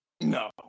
No